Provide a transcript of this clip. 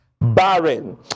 barren